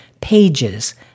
pages